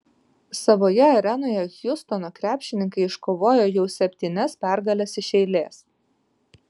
savoje arenoje hjustono krepšininkai iškovojo jau septynias pergales iš eilės